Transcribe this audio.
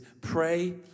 pray